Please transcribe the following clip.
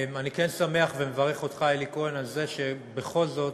אני כן שמח ומברך אותך, אלי כהן, על זה שבכל זאת,